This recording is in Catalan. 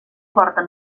porten